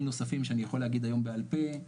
נוספים שאני יכול להגיד היום בעל פה,